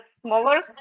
smaller